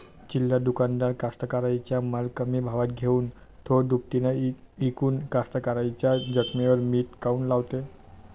चिल्लर दुकानदार कास्तकाराइच्या माल कमी भावात घेऊन थो दुपटीनं इकून कास्तकाराइच्या जखमेवर मीठ काऊन लावते?